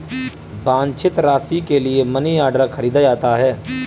वांछित राशि के लिए मनीऑर्डर खरीदा जाता है